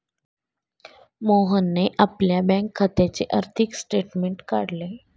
मोहनने आपल्या बँक खात्याचे आर्थिक स्टेटमेंट काढले